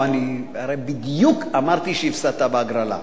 לא, אני הרי בדיוק אמרתי שהפסדת בהגרלה.